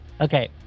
Okay